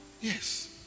Yes